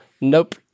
Nope